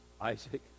Isaac